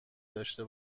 داشته